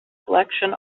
collection